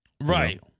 right